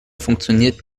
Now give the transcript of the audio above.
funktioniert